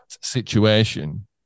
situation